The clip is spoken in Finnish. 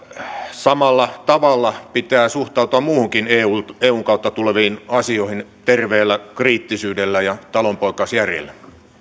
samalla tavalla pitää suhtautua muihinkin eun kautta tuleviin asioihin terveellä kriittisyydellä ja talonpoikaisjärjellä